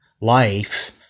life